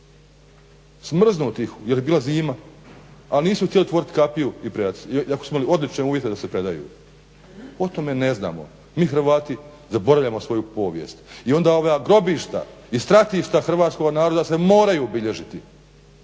Smrznutih jer je bila zima, a nisu htjeli otvorit kapiju i predati se iako su imali odlične uvjete da se predaju. O tome ne znamo, mi Hrvati zaboravljamo svoju povijest. I onda ova grobišta i stratišta hrvatskoga naroda se moraju obilježiti